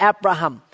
Abraham